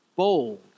bold